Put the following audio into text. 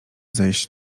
zejść